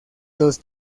los